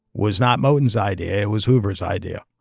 was not moton's idea it was hoover's idea.